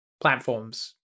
platforms